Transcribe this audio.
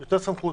סמכות,